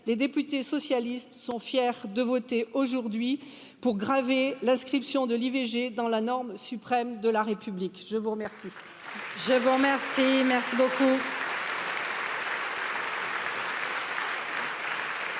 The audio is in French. Les députés socialistes sont fiers de voter aujourd'hui pour graver l'inscription de l'ivg dans la norme suprême de la République. Je vous remercie